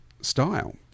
style